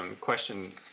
question